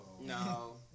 No